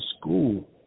school